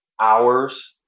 hours